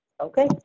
okay